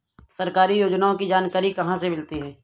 सरकारी योजनाओं की जानकारी कहाँ से मिलती है?